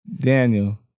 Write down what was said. Daniel